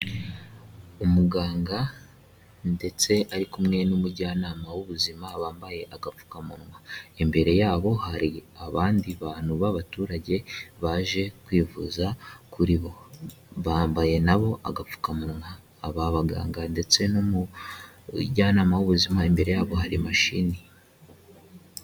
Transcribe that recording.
Umuganga ndetse ari kumwe n'umujyanama w'ubuzima bambaye agapfukamunwa, imbere yabo hari abandi bantu b'abaturage baje kwivuza kuri bo, bambaye nabo agapfukamunwa, aba baganga ndetse n'umujyanama w'ubuzima, imbere yabo hari mashini.